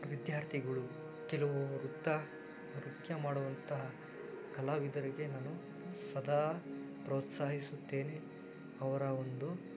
ವಿದ್ಯಾರ್ಥಿಗಳು ಕೆಲವು ನೃತ್ಯ ನೃತ್ಯ ಮಾಡುವಂತಹ ಕಲಾವಿದರಿಗೆ ನಾನು ಸದಾ ಪ್ರೋತ್ಸಾಹಿಸುತ್ತೇನೆ ಅವರ ಒಂದು